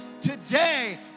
Today